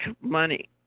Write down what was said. money